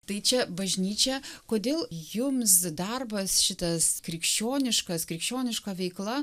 tai čia bažnyčia kodėl jums darbas šitas krikščioniškas krikščioniška veikla